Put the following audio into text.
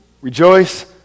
rejoice